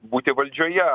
būti valdžioje